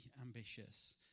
ambitious